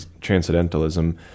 transcendentalism